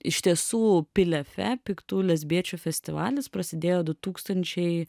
iš tiesų pilefe piktų lesbiečių festivalis prasidėjo du tūkstančiai